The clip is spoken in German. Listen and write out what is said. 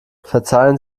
verzeihen